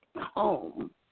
home